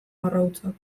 arrautzak